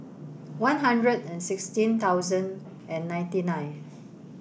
one hundred and sixteen thousand and ninety nine